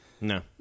No